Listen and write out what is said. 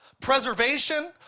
preservation